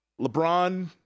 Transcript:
LeBron